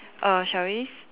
err shall we